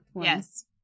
Yes